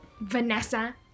vanessa